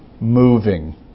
moving